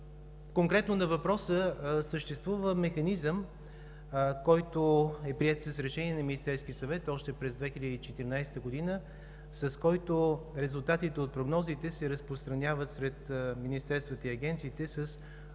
Конкретно на въпроса. Съществува механизъм, който е приет с Решение на Министерския съвет още през 2014 г., с който резултатите от прогнозите се разпространяват сред министерствата и агенциите с оглед